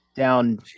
down